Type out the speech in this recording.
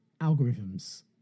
algorithms